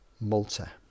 Malta